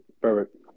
Perfect